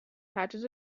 patches